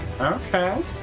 okay